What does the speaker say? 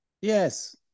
Yes